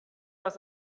das